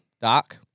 Doc